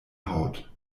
haut